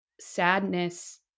sadness